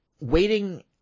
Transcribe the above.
Waiting